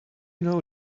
know